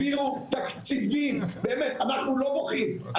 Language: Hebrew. הבעיה הכי כואבת וגם קשה בנגב היא העניין של היישובים הלא מוכרים,